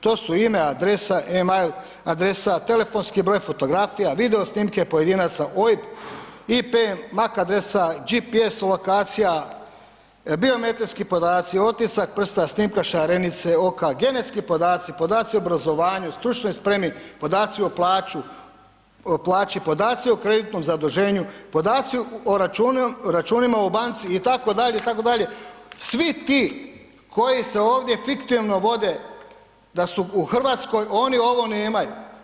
To su ime, adresa, email adresa, telefonski broj, fotografija, video snimke pojedinaca, OIB i …/nerazumljivo/ adresa, gps lokacija, biometrijski podaci, otisak prsta, snimka šarenice oka, genetski podaci, podaci o obrazovanju, stručnoj spremi, podaci o plaću, plaći, podaci o kreditnom zaduženju, podaci o računima u banci itd., itd., svi ti koji se ovdje fiktivno vode da su u Hrvatskoj oni ovo nemaju.